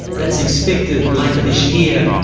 that's expected later this year,